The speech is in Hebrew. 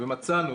מצאנו